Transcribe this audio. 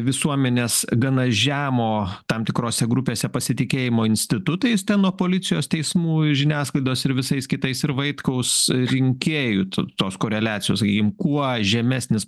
visuomenės gana žemo tam tikrose grupėse pasitikėjimo institutais ten nuo policijos teismų žiniasklaidos ir visais kitais ir vaitkaus rinkėjų tų tos koreliacijos sakykim kuo žemesnis